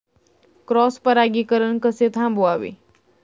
Cross परागीकरण कसे थांबवावे?